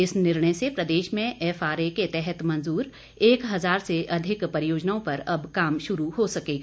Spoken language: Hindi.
इस निर्णय से प्रदेश में एफआरए के तहत मंजूर एक हजार से ज्यादा परियोजनाओं पर अब काम शुरू हो सकेगा